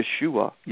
Yeshua